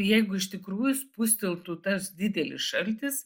jeigu iš tikrųjų spusteltų tas didelis šaltis